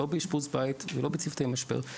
לא באשפוז בית ולא בצוותי משבר,